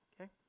okay